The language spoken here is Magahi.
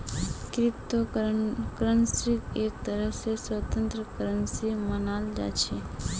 क्रिप्टो करन्सीक एक तरह स स्वतन्त्र करन्सी मानाल जा छेक